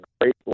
great